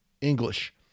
English